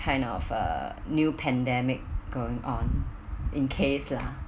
kind of uh new pandemic going on in case lah